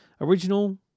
original